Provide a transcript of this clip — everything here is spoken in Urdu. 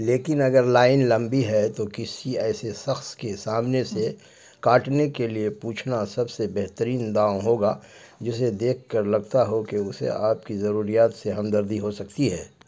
لیکن اگر لائن لمبی ہے تو کسی ایسے سخص کے سامنے سے کاٹنے کے لیے پوچھنا سب سے بہترین داؤں ہوگا جسے دیکھ کر لگتا ہو کہ اسے آپ کی ضروریات سے ہمدردی ہو سکتی ہے